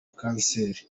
kanseri